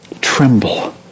tremble